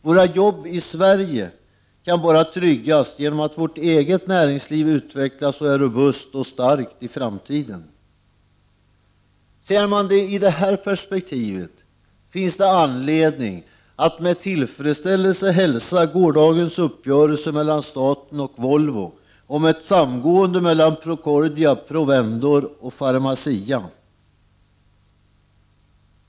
Våra arbeten i Sverige kan tryggas bara genom att vårt eget näringsliv utvecklas och är robust och starkt i framtiden. I detta perspektiv finns det anledning att med tillfredsställelse hälsa gårdagens uppgörelse mellan staten och Volvo om ett samgående mellan Procordia, Provendor och Pharmacia.